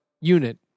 unit